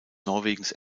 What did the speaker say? norwegens